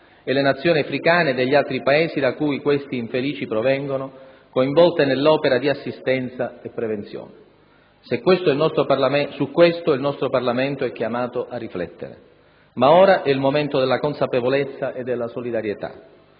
e le Nazioni africane e degli altri Paesi da cui questi infelici provengono coinvolte nell'opera di assistenza e prevenzione. Su questo il nostro Parlamento è chiamato a riflettere, ma ora è il momento della consapevolezza e della solidarietà.